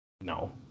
no